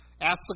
Ask